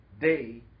day